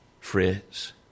phrase